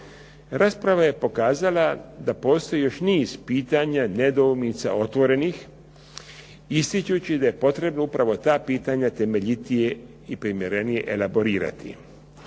Rasprava je pokazala da postoji još niz pitanja nedoumica otvorenih ističući da je potrebno upravo ta pitanja temeljitije i primjerenije elaborirati.